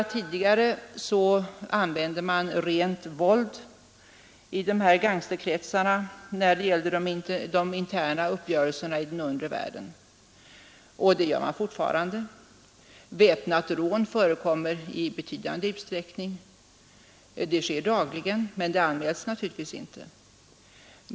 Tidigare sades att man använde rent våld vid de interna uppgörelserna i den undre världen, och så är det fortfarande. Väpnade rån förekommer i betydande utsträckning; de sker dagligen men anmäls naturligtvis inte.